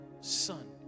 son